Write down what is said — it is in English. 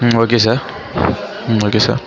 okay sir okay sir